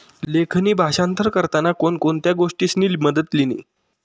लेखणी भाषांतर करताना कोण कोणत्या गोष्टीसनी मदत लिनी